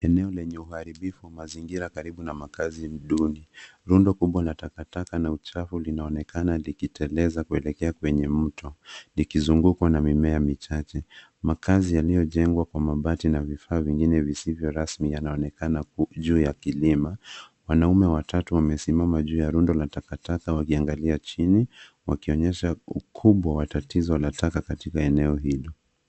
Eneo lenye uharibifu wa mazingira karibu na makazi duni. Rundo kubwa na takataka na uchafu linaonekana likiteleza kuelekea kwenye mto likizungukwa na mimea michache. Makazi yaliyojengwa kwa mabati na vifaa vingine visivyo rasmi yanaonekana juu ya kilima. Wanaume watatu wamesimama juu ya rundo la takataka wakiangalia chini, wakionyesha ukubwa wa tatizo la katika eneo hilo.